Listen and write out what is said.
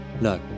No